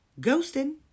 ghosting